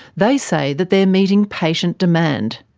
they say that they are meeting patient demand.